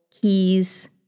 keys